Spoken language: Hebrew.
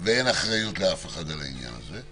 ואין אחריות לאף אחד על העניין הזה,